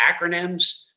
acronyms